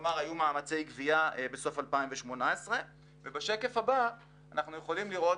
זה אומר שהיו מאמצי גביה בסוף 2018. בשקף הבא אנחנו יכולים לראות